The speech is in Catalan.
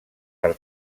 per